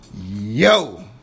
yo